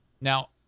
Now